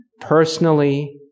personally